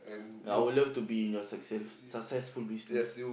ya I would love to be in your success successful business